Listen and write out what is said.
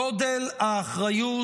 גודל האחריות